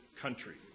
country